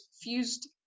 fused